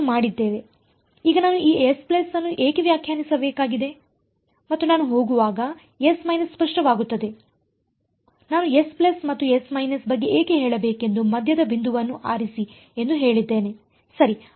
ಈಗ ನಾನು ಈ S ಅನ್ನು ಏಕೆ ವ್ಯಾಖ್ಯಾನಿಸಬೇಕಾಗಿದೆ ಮತ್ತು ನಾನು ಹೋಗುವಾಗ S ಸ್ಪಷ್ಟವಾಗುತ್ತದೆ ನಾನು S ಮತ್ತು S ಬಗ್ಗೆ ಏಕೆ ಹೇಳಬೇಕೆಂದು ಮಧ್ಯದ ಬಿಂದುವನ್ನು ಆರಿಸಿ ಎಂದು ಹೇಳಿದ್ದೇನೆ ಸರಿ